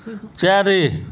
ଚାରି